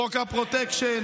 חוק הפרוטקשן,